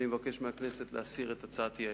אני מבקש מהכנסת להסיר את הצעת האי-אמון.